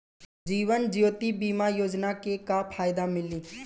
जीवन ज्योति बीमा योजना के का फायदा मिली?